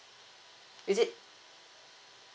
is it